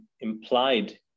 implied